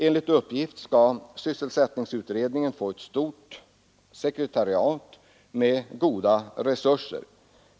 Enligt uppgift skall sysselsättningsutredningen få ett stort sekretariat och goda resurser.